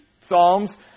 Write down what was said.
Psalms